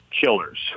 killers